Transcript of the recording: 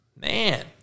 Man